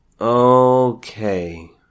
Okay